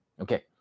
Okay